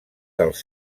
dels